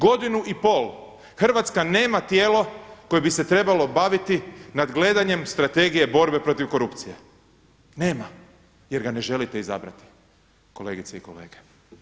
Godinu i pol Hrvatska nema tijelo koje bi se trebalo baviti nadgledanjem Strategije borbe protiv korupcije, nema jer ga ne želite izabrati kolegice i kolege.